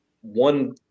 one